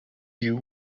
you